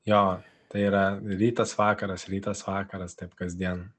jo tai yra rytas vakaras rytas vakaras taip kasdien